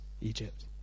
Egypt